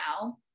now